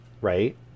right